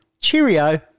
Cheerio